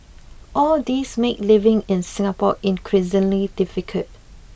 all these made living in Singapore increasingly difficult